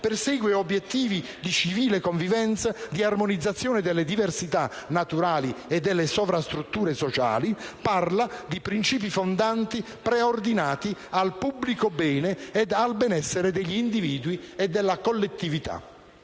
persegue obiettivi di civile convivenza, di armonizzazione delle diversità naturali e delle sovrastrutture sociali; parla di principi fondanti preordinati al pubblico bene ed al benessere degli individui e della collettività.